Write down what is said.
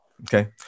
Okay